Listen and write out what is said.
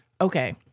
Okay